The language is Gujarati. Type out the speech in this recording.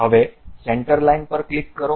હવે સેન્ટર લાઇન પર ક્લિક કરો